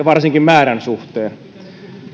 varsinkin määrän suhteen